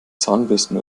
zahnbürsten